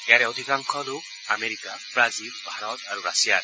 ইয়াৰে অধিকাংশ লোক আমেৰিকা ৱাজিল ভাৰত আৰু ৰাছিয়াৰ